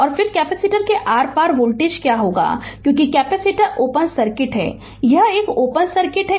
और फिर कैपेसिटर के आर पार वोल्टेज क्या है क्योंकि कैपेसिटर ओपन सर्किट है यह ओपन सर्किट है